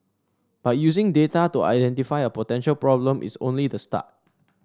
but using data to identify a potential problem is only the start